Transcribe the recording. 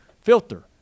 filter